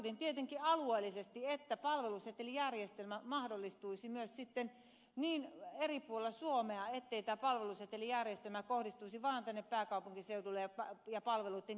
tarkoitin tietenkin alueellisesti että palvelusetelijärjestelmä mahdollistuisi myös sitten niin eri puolilla suomea ettei tämä palvelusetelijärjestelmä kohdistuisi vaan tänne pääkaupunkiseudulle ja palveluitten keskittymiin